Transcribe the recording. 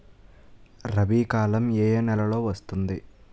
రబీ కాలం ఏ ఏ నెలలో వస్తుంది?